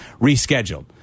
rescheduled